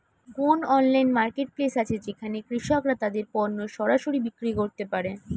কোন online marketplace আছে যেখানে কৃষকরা তাদের পণ্য সরাসরি বিক্রি করতে পারে?